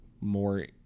more